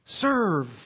Serve